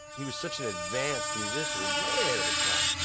he was such an advanced musician, way ahead of his time,